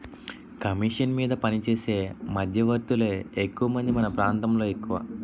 commission మీద పనిచేసే మధ్యవర్తులే ఎక్కువమంది మన ప్రాంతంలో ఎక్కువ